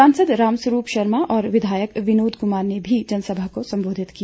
सांसद रामस्वरूप शर्मा और विधायक विनोद कुमार ने भी जनसभा को संबोधित किया